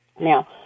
Now